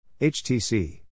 HTC